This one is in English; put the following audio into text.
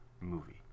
movie